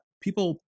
people